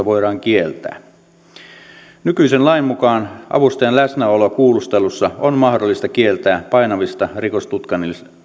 voidaan kieltää nykyisen lain mukaan avustajan läsnäolo kuulustelussa on mahdollista kieltää painavista rikostutkinnallisista